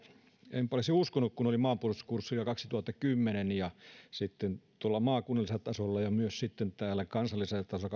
enpä olisi uskonut kun olin maanpuolustuskurssilla kaksituhattakymmenen tuolla maakunnallisella tasolla ja myös sitten kaksituhattakaksitoista täällä kansallisella tasolla